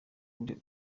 nde